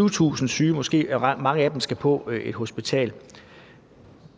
2.000, 10.000, 20.000 syge og mange af dem skal på et hospital?